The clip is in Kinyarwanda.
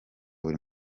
buri